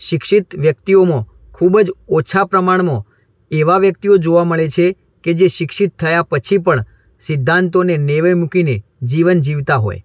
શિક્ષિત વ્યક્તિઓમાં ખૂબ જ ઓછાં પ્રમાણમાં એવા વ્યક્તિઓ જોવા મળે છે કે જે શિક્ષિત થયા પછી પણ સિદ્ધાંતોને નેવે મૂકીને જીવન જીવતા હોય